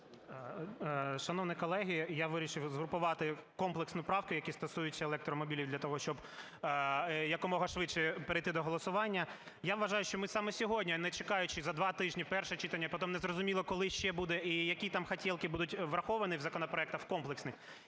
Шановні колеги, я вирішив згрупувати комплексні правки, які стосуються електромобілів для того, щоб якомога швидше перейти до голосування. Я вважаю, що ми саме сьогодні, не чекаючи за два тижні перше читання, потім не зрозуміло, коли ще буде і які там хотєлкі будуть враховані в законопроектах комплексних,